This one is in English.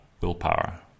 willpower